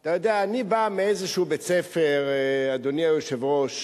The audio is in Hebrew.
אתה יודע, אני בא מאיזה בית-ספר, אדוני היושב-ראש,